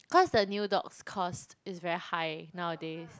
cause a new dog's cost is very high nowadays